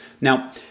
Now